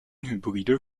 hybride